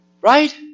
Right